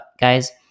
guys